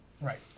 Right